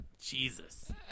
Jesus